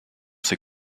ses